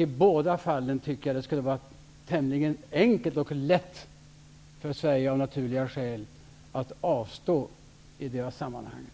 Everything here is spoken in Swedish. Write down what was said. I båda fallen tycker jag att det av naturliga skäl borde vara tämligen enkelt för Sverige att avstå i det sammanhanget.